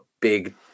big